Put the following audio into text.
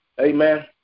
Amen